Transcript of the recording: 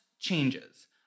changes